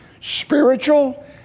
Spiritual